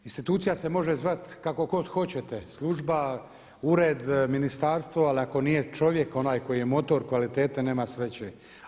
Institucija se može zvati kako god hoćete, služba, ured, ministarstvo ali ako nije čovjek onaj koji je motor kvalitete nema sreće.